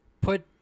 put